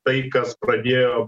tai kas pradėjo